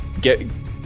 get